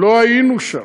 לא היינו שם.